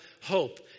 hope